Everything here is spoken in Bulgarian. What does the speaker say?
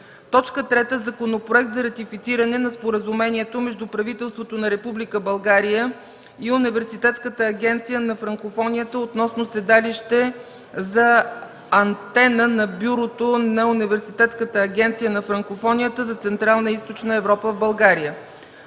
развитие. 3. Законопроект за ратифициране на Споразумението между правителството на Република България и Университетската агенция на Франкофонията относно седалище за Антена на Бюрото на Университетската агенция на Франкофонията за Централна и Източна Европа в България.